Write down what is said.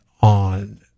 on